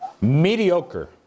Mediocre